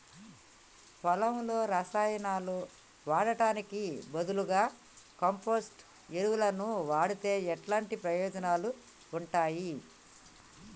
పొలంలో రసాయనాలు వాడటానికి బదులుగా కంపోస్ట్ ఎరువును వాడితే ఎలాంటి ప్రయోజనాలు ఉంటాయి?